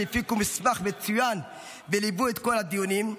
שהפיקו מסמך מצוין וליוו את כל הדיונים,